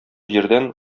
җирдән